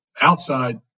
outside